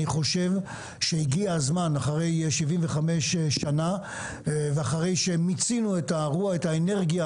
אני חושב שהגיע הזמן אחרי 75 שנים ואחרי שמיצינו את האנרגיה